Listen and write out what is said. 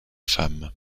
femme